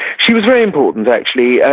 she was very important, actually.